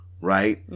right